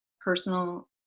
personal